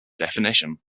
definition